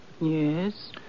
Yes